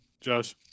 josh